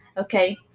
okay